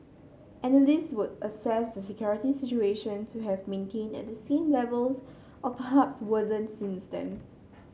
analyst would assess the security situation to have maintained at the same levels or perhaps worsened since then